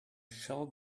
shall